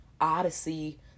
Odyssey